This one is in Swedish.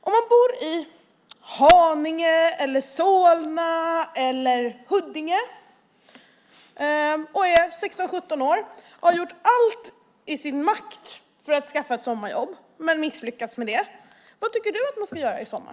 Om man bor i Haninge, Solna eller Huddinge, är 16-17 år och har gjort allt i sin makt för att skaffa ett sommarjobb men misslyckats med det: Vad tycker du att man ska göra i sommar?